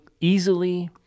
easily